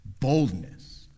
boldness